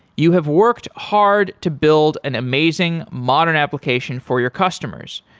you have worked hard to build an amazing modern application for your customers.